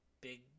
big